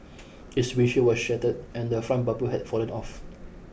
its windshield was shattered and the front bumper had fallen off